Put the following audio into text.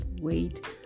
wait